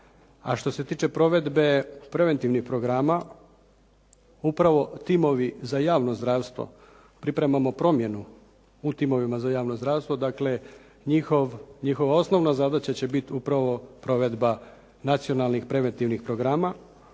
a što se tiče provedbe preventivnih programa, upravo timovi za javno zdravstvo pripremamo promjenu u timovima za javno zdravstvo. Dakle, njihova osnovna zadaća će bit upravo provedba nacionalnih preventivnih programa.